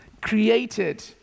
created